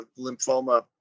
lymphoma